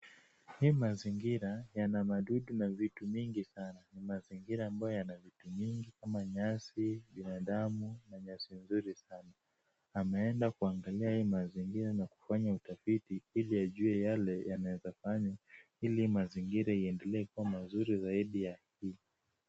Hii mazingira yana madudu na vitu vingi sana. Ni mazingira ambayo yana vitu mingi kama nyasi, binadamu na nyasi nzuri sana. Ameenda kuangalia hii mazingira na kufanya utafiti ili ajue yale anaweza fanya ili mazingira iendelee kuwa mazuri zaidi ya hii.